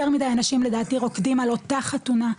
יותר מידי אנשים לדעתי "רוקדים על אותה חתונה",